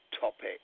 topic